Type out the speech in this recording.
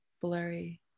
blurry